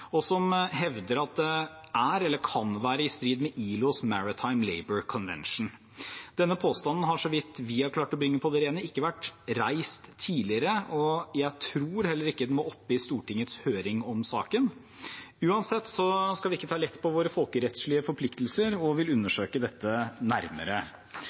og som hevder at det er, eller kan være, i strid med ILOs Maritime Labour Convention. Denne påstanden har, så vidt vi har klart å bringe på det rene, ikke vært reist tidligere, og jeg tror heller ikke den var oppe i Stortingets høring om saken. Uansett skal vi ikke ta lett på våre folkerettslige forpliktelser og vil undersøke dette nærmere.